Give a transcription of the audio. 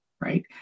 right